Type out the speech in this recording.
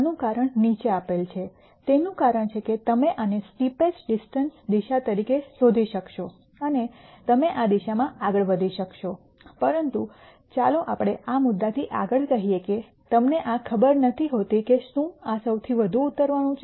આનું કારણ નીચે આપેલ છે તેનું કારણ છે કે તમે આને સ્ટીપેસ્ટ ડિસેન્ટ દિશા તરીકે શોધી શકશો અને તમે આ દિશામાં આગળ વધી શકશો પરંતુ ચાલો આપણે આ મુદ્દાથી આગળ કહીએ કે તમને આ ખબર નથી હોતી કે શું આ સૌથી વધુ ઉતરવાનું છે